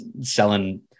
selling